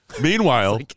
Meanwhile